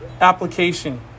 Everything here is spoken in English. application